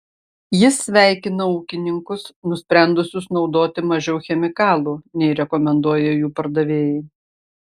jis sveikina ūkininkus nusprendusius naudoti mažiau chemikalų nei rekomenduoja jų pardavėjai